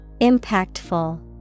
Impactful